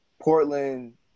Portland